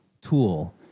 tool